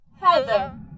Heather